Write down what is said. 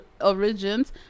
origins